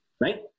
right